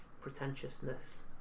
pretentiousness